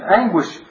anguish